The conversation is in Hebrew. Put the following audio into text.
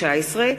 ניצן הורוביץ,